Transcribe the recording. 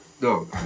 No